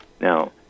Now